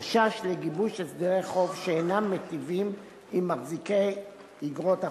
חשש לגיבוש הסדרי חוב שאינם מיטיבים עם מחזיקי איגרות החוב.